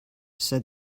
said